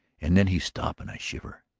and then he stop and i shiver.